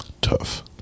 Tough